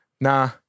nah